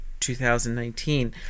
2019